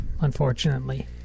unfortunately